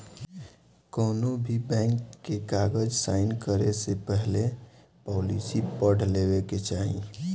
कौनोभी बैंक के कागज़ साइन करे से पहले पॉलिसी पढ़ लेवे के चाही